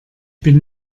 bin